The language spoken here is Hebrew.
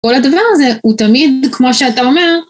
כל הדבר הזה הוא תמיד כמו שאתה אומר.